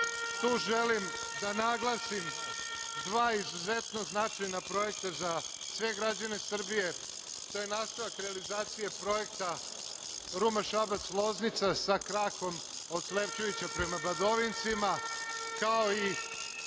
Tu želim da naglasim dva izuzetno značajna projekta za sve građane Srbije, to je nastavak realizacije projekta Ruma-Šabac-Loznica, sa krakom od Slepčevića prema Badovincima, kao i